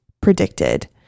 predicted